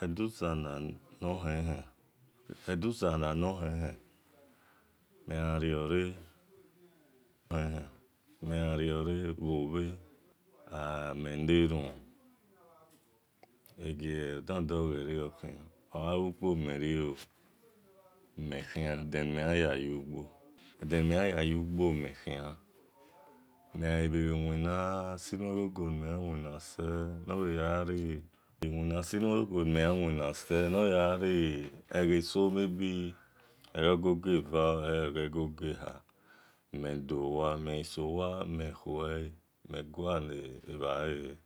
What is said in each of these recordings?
Eduza nohen-hen megha riore bho bhe mel naromhen egie dode rie oghia ogha ugbo mel rie ooo mel khian ede ni me yan ya yu gbo mel ghai bhe winna si nue gogo nor khi nime yawina se egheso mabe eghe goge va or eghe goge hav medo wa mel gha sowa me khuele mel guale bhale e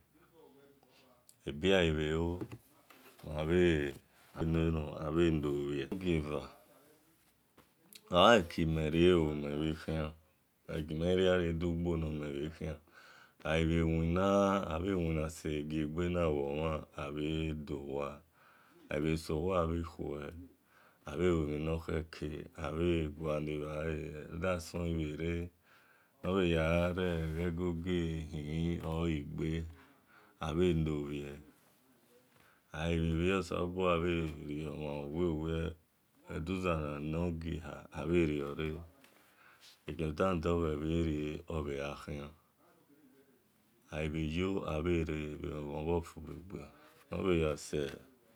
ebi gha bhe lo ma bhe neromhon abheiobhie norgieva ogha eki merio mel bhe khian egime ri-gharie dul-gbonor mel bhe khian abhe wina abhe wino segie gbe na womhan abhe dowa abhe so wa abhe khue abhe lue mhi nor khere abhe guale bhale le da son ghibhere nor ya re eghe gogi ihini or egogi igbe abhe nobhie agha bhie oselobua bhe riemhan bho wiowie eduzalanor giehar da bhe riore egie dandogho rie abe gha khian abhe re bhe ghon-ghon bhor fubhegbe nor bhe ya se